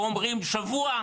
פה אומרים שבוע,